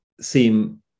seem